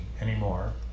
anymore